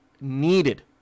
needed